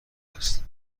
است